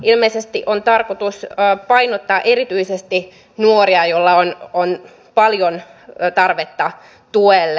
ilmeisesti on tarkoitus painottaa erityisesti nuoria joilla on paljon tarvetta tuelle